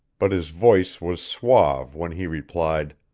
but his voice was suave when he replied